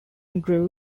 grew